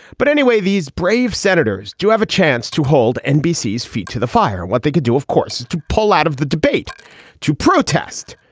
but anyway these brave senators do have a chance to hold nbc feet to the fire. what they could do of course is to pull out of the debate to protest.